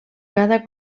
cada